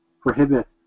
prohibit